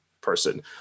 person